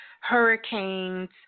hurricanes